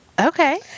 Okay